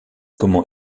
comment